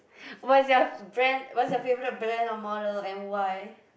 what's your brand what's your favourite brand or model and why